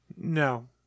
no